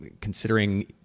considering